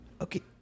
okay